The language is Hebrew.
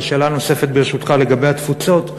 ושאלה נוספת, ברשותך, לגבי התפוצות: